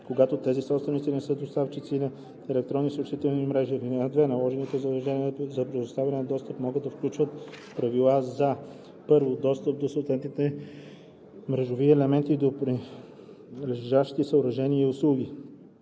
когато тези собственици не са доставчици на електронни съобщителни мрежи. (2) Наложените задължения за предоставяне на достъп могат да включват правила за: 1. достъп до съответните мрежови елементи и до прилежащи съоръжения и услуги;